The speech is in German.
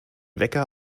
wecker